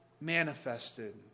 manifested